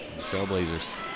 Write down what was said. Trailblazers